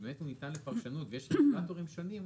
שבאמת הוא ניתן לפרשנות ויש בו מגוון של דברים שונים,